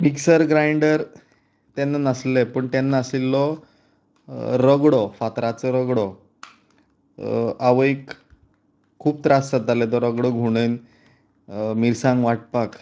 mixer grinder तेन्ना नासले पूण तेन्ना आशिल्लो रगडो फातराचो रगडो आवयक खूब त्रास जाताले तो रगडो घुंवडवन मिरसांग वांटपाक